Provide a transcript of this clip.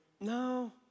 no